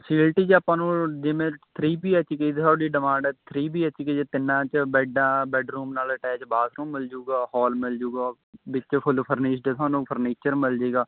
facility ਜੀ ਆਪਾਂ ਨੂੰ ਜਿਵੇਂ ਥਰੀ ਬੀ ਐਚ ਕੇ ਤੁਹਾਡੀ ਡਿਮਾਂਡ ਹੈ ਥਰੀ ਬੀ ਐਚ ਕੇ ਜੇ ਤਿੰਨਾਂ 'ਚ ਬੈੱਡ ਆ ਬੈਡਰੂਮ ਨਾਲ਼ ਅਟੈਚ ਬਾਥਰੂਮ ਮਿਲਜੂਗਾ ਹੋਲ ਮਿਲਜੂਗਾ ਵਿੱਚ ਫੁੱਲ ਫਰਨਿਸ਼ਡ ਥੋਨੂੰ ਫਰਨੀਚਰ ਮਿਲਜੇਗਾ